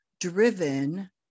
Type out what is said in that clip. driven